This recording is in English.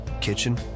kitchen